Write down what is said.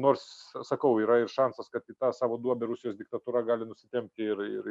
nors sakau yra ir šansas kad į tą savo duobę rusijos diktatūra gali nusitempti ir ir